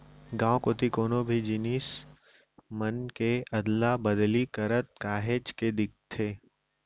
गाँव कोती कोनो जिनिस मन के अदला बदली करत काहेच के दिखथे